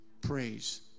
praise